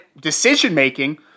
decision-making